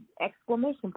exclamation